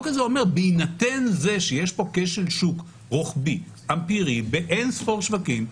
הזה אומר שבהינתן שיש כשל שוק רוחבי אמפירי באין-ספור שווקים,